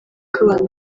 k’abantu